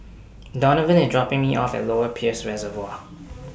Donavan IS dropping Me off At Lower Peirce Reservoir